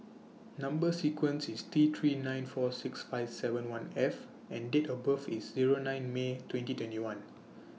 Number sequence IS T three nine four six five seven one F and Date of birth IS Zero nine May twenty twenty one